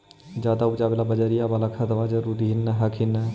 ज्यादा उपजाबे ला बजरिया बाला खदबा जरूरी हखिन न?